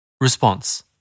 Response